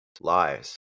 lies